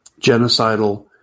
genocidal